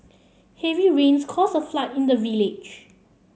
heavy rains caused a flood in the village